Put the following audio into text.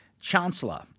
Chancellor